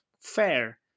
Fair